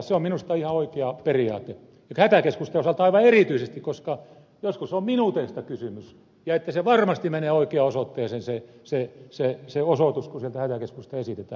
se on minusta ihan oikea periaate mutta hätäkeskusten osalta aivan erityisesti koska joskus on minuuteista kysymys ja että se varmasti menee oikeaan osoitteeseen se osoitus kun sieltä hätäkeskusta esitetään